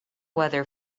weather